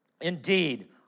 Indeed